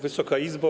Wysoka Izbo!